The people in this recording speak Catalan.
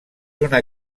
una